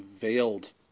veiled